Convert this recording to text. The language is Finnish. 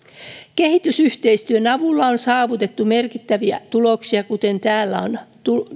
kehitysyhteistyön avulla on saavutettu merkittäviä tuloksia kuten täällä on